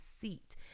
seat